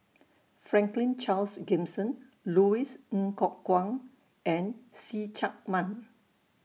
Franklin Charles Gimson Louis Ng Kok Kwang and See Chak Mun